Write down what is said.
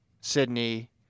Sydney